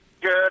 Good